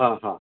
हा हा